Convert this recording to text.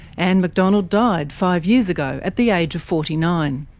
and mcdonald died five years ago, at the age of forty nine.